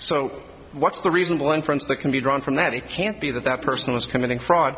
so what's the reasonable inference that can be drawn from that it can't be that that person was committing fraud